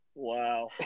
Wow